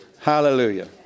Hallelujah